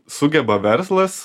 sugeba verslas